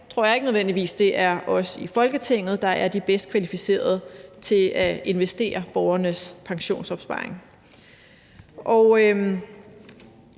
jeg tror ikke nødvendigvis, at det er os i Folketinget, der er de bedst kvalificerede til at investere den. Det er, som andre